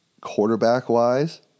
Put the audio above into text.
quarterback-wise